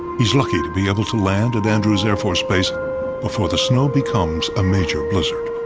he's lucky to be able to land at andrews air force base before the snow becomes a major blizzard.